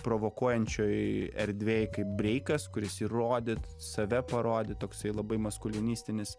provokuojančioj erdvėj kaip breikas kuris įrodi save parodyt toksai labai maskulinistinis